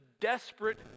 desperate